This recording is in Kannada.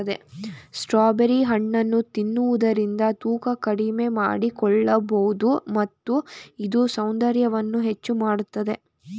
ಸ್ಟ್ರಾಬೆರಿ ಹಣ್ಣನ್ನು ತಿನ್ನುವುದರಿಂದ ತೂಕ ಕಡಿಮೆ ಮಾಡಿಕೊಳ್ಳಬೋದು ಮತ್ತು ಇದು ಸೌಂದರ್ಯವನ್ನು ಹೆಚ್ಚು ಮಾಡತ್ತದೆ